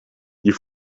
you